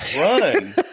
run